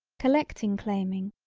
collecting claiming,